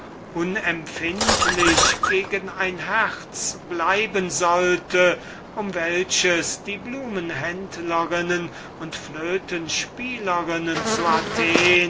unempfindlich gegen ein herz bleiben sollte um welches die sträußer mädchen zu athen